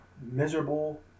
miserable